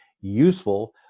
useful